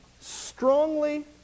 strongly